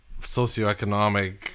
socioeconomic